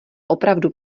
opravdu